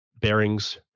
bearings